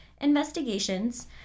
investigations